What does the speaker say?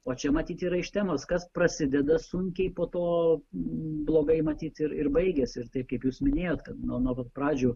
o čia matyt yra iš temos kas prasideda sunkiai po to blogai matyt ir ir baigiasi ir tai kaip jūs minėjot kad nuo pat pradžių